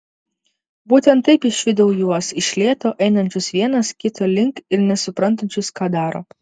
būtent taip išvydau juos iš lėto einančius vienas kito link ir nesuprantančius ką daro